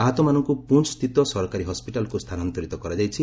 ଆହତମାନଙ୍କୁ ପୁଞ୍ ସ୍ଥିତ ସରକାରୀ ହସ୍କିଟାଲ୍କୁ ସ୍ଥାନାନ୍ତରିତ କରାଯାଇଛି